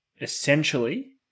essentially